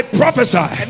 prophesy